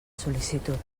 sol·licitud